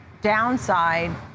downside